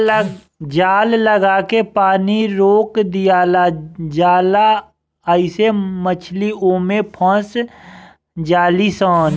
जाल लागा के पानी रोक दियाला जाला आइसे मछली ओमे फस जाली सन